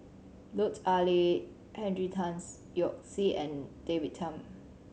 Lut Ali Henry Tan Yoke See and David Tham